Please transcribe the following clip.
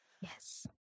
Yes